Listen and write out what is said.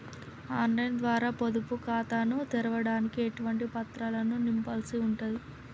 On line ద్వారా పొదుపు ఖాతాను తెరవడానికి ఎటువంటి పత్రాలను నింపాల్సి ఉంటది?